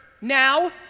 now